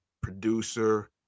producer